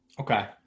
Okay